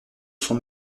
son